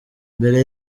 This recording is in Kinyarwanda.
mbere